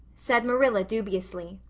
said marilla dubiously.